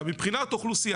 מבחינת אוכלוסייה,